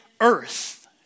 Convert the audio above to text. earth